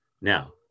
Now